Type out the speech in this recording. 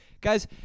Guys